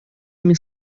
имя